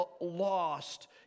lost